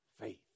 faith